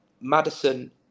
Madison